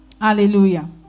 Hallelujah